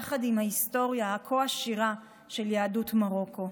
יחד עם ההיסטוריה הכה-עשירה של יהדות מרוקו.